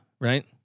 right